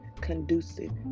conducive